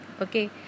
Okay